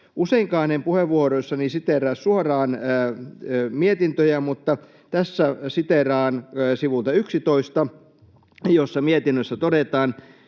Useinkaan en puheenvuoroissani siteeraa suoraan mietintöjä, mutta tässä siteeraan sivulta 11, mitä mietinnössä todetaan: